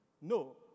No